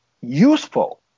useful